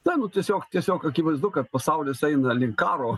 ne nu tiesiog tiesiog akivaizdu kad pasaulis eina link karo